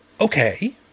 okay